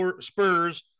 Spurs